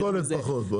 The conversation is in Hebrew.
מכולת פחות.